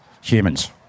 humans